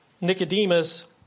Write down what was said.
Nicodemus